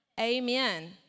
Amen